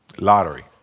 lottery